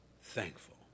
thankful